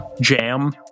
jam